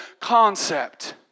concept